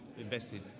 invested